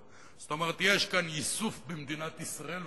זאת אומרת יש כאן ייסוף במדינת ישראל,